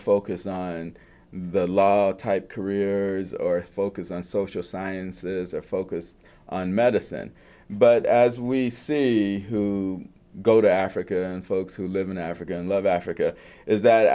focused and the law type careers or focus and social sciences are focused on medicine but as we see who go to africa and folks who live in africa and love africa is that